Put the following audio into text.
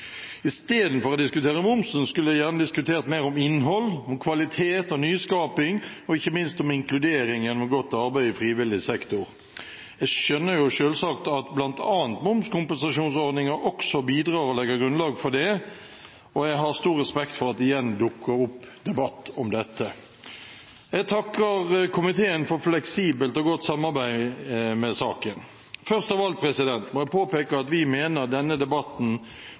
Istedenfor å diskutere momsen skulle jeg gjerne diskutert mer innhold, kvalitet og nyskaping og ikke minst inkludering gjennom godt arbeid i frivillig sektor. Jeg skjønner jo selvsagt at bl.a. momskompensasjonsordninger også bidrar og legger grunnlag for det, og jeg har stor respekt for at det igjen dukker opp debatt om dette. Jeg takker komiteen for fleksibelt og godt samarbeid med saken. Først av alt må jeg påpeke at vi mener denne debatten